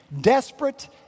Desperate